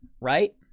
right